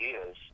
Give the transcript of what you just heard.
ideas